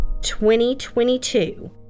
2022